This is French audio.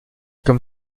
comme